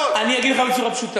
אני אגיד לך את זה בצורה פשוטה,